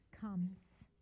comes